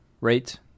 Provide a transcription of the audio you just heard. rate